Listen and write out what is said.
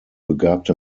begabte